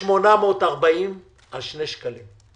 60,840 שקלים על שני שקלים.